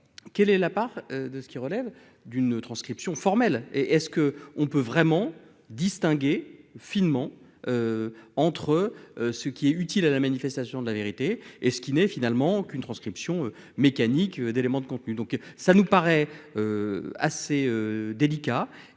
quelle est la part de ce qui relève d'une transcription formelle et est-ce que on peut vraiment distinguer finement entre ce qui est utile à la manifestation de la vérité et ce qui n'est finalement qu'une transcription mécanique d'éléments de contenu,